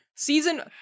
season